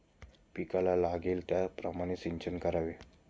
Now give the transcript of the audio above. पिकाला लागेल त्याप्रमाणे सिंचन करावे